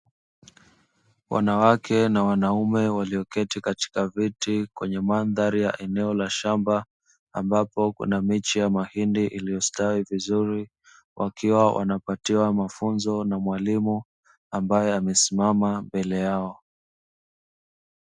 Wanawake na wanaume, walioketi katika viti kwenye mandhari ya eneo la shamba. Ambapo kuna miche ya mahindi iliyostawi vizuri, wakiwa wanapatiwa mafunzo na mwalimu ambaye amesimama mbele yao.